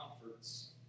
comforts